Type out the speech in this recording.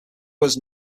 was